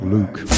Luke